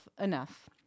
enough